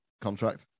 contract